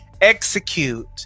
Execute